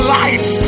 life